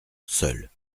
seul